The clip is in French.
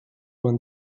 vingt